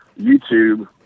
YouTube